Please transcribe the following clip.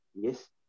yes